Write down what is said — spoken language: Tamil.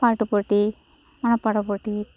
பாட்டுப் போட்டி மனப்பாடப் போட்டி